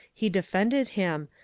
he defended him,